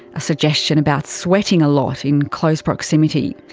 a suggestion about sweating a lot in close proximity.